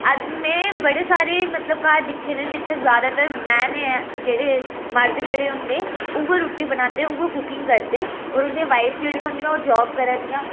अज्ज में बडे़ सारे मतलब घर दिक्खे दे न जि'त्थें जादैतर मैन जेह्ड़े मर्द जेह्ड़े होंदे उ'ऐ रुट्टी बनांदे उ'ऐ कुकिंग करदे होर उं'दियां वाइफ जेह्ड़ियां होंदिया ओह् जॉब करा दियां